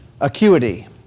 acuity